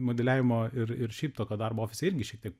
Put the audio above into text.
modeliavimo ir ir šiaip tokio darbo ofise irgi šiek tiek